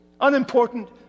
Unimportant